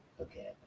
Okay